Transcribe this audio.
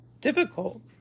Difficult